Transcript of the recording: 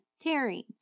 tearing